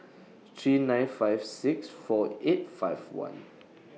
three nine five six four eight five one